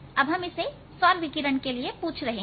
अब हम इसे सौर विकिरण के लिए पूछ रहे हैं